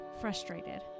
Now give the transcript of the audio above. frustrated